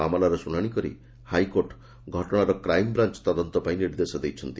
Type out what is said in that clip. ମାମଲାର ଶୁଣାଣି କରି ଗତକାଲି ହାଇକୋର୍ଟ ଘଟଣାର କ୍ରାଇମ୍ବ୍ରାଞ୍ ତଦନ୍ତ ପାଇଁ ନିର୍ଦ୍ଦେଶ ଦେଇଛନ୍ତି